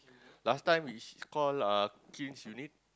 last time is call uh cleans unit